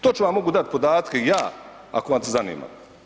Točno vam mogu dati podatke ja ako vas zanima.